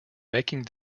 making